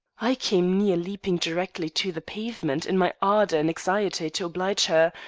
i came near leaping directly to the pavement in my ardor and anxiety to oblige her,